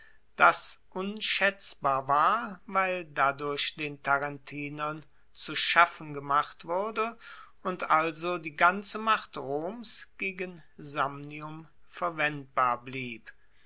das unschaetzbar war weil dadurch den tarentinern zu schaffen gemacht wurde und also die ganze macht roms gegen samnium verwendbar blieb